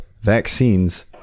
vaccines